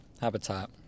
Habitat